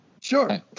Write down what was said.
Sure